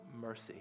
mercy